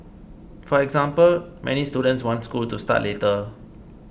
for example many students wants school to start later